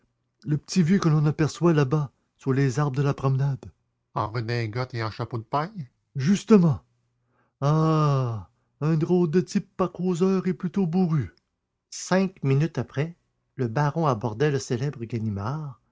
le petit vieux que l'on aperçoit là-bas sous les arbres de la promenade en redingote et en chapeau de paille justement ah un drôle de type pas causeur et plutôt bourru cinq minutes après le baron abordait le célèbre ganimard